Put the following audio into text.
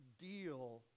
deal